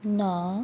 no